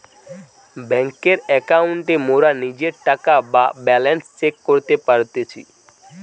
বেংকের একাউন্টে মোরা নিজের টাকা বা ব্যালান্স চেক করতে পারতেছি